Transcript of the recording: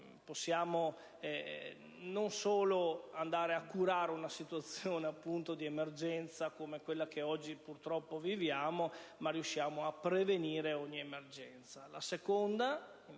possiamo andare a curare una situazione di emergenza come quella che oggi purtroppo viviamo, ma possiamo anche riuscire a prevenire ogni emergenza.